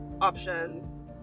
options